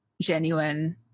genuine